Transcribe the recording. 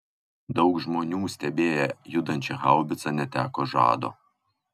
daug žmonių stebėję judančią haubicą neteko žado